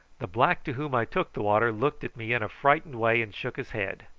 the black to whom i took the water looked at me in a frightened way, and shook his head.